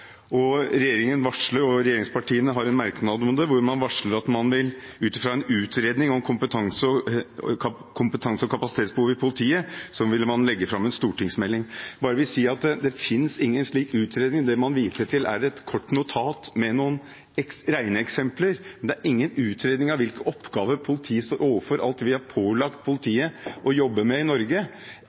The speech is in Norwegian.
Regjeringspartiene har en merknad om det, hvor man varsler at man ut fra «en utredning om kompetanse og kapasitetsbehov i politiet» vil legge fram en stortingsmelding. Jeg vil bare si at det finnes ingen slik utredning. Det man viser til, er et kort notat med noen regneeksempler, men det er ingen utredning om hvilke oppgaver politiet står overfor, om alt vi har pålagt politiet å jobbe med i Norge,